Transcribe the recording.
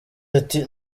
ati